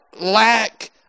lack